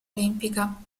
olimpica